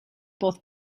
both